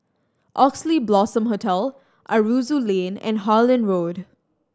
Oxley Blossom Hotel Aroozoo Lane and Harlyn Road